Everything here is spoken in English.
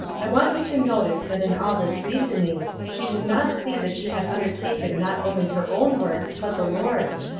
i want you to notice that in all this reasoning she did not see that she had undertaken not only her own work but the lord's.